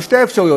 על שתי האפשרויות,